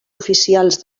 oficials